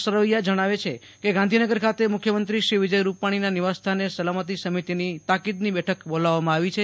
સરવૈયા જણાવે છે કેગાંધીનગર ખાતે મુખ્યમંત્રી શ્રી વિજય રૂપાણીના નિવાસસ્થાને સલામતી સમિતિની તાકિદની બેઠક બોલાવવામા આવી છે